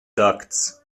ducts